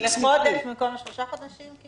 לחודש במקום לשלושה חודשים?